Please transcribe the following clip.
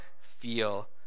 feel